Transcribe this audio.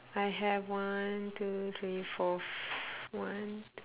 I have one two three four f~ one